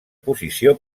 posició